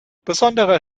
besonderer